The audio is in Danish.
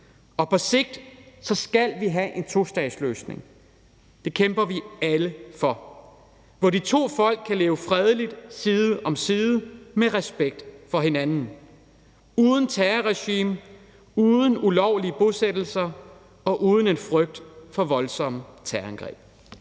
og på sigt skal vi have en tostatsløsning – det kæmper vi alle for – hvor de to folk kan leve fredeligt side om side med respekt for hinanden uden et terrorregime, uden ulovlige bosættelser og uden frygt for voldsomme terrorangreb.